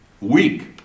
week